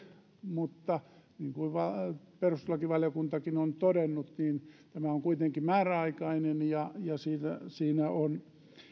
mutta niin kuin perustuslakivaliokuntakin on todennut tämä on kuitenkin määräaikainen ja siinä on